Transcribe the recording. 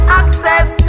access